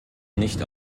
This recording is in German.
nicht